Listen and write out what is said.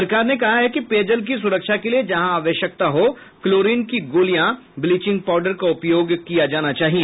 सरकार ने कहा है कि पेयजल की सुरक्षा के लिए जहां आवश्यकता हो क्लोरीन की गोलिया ब्लीचिंग पाउडर का उपयोग किया जाना चाहिए